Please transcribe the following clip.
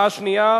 הצעה שנייה,